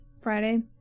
Friday